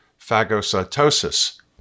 phagocytosis